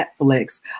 Netflix